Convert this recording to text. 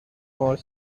more